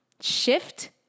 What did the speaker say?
shift